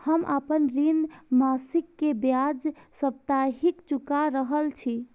हम आपन ऋण मासिक के ब्याज साप्ताहिक चुका रहल छी